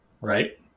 right